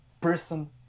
person